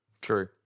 True